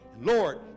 Lord